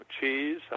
cheese